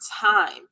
time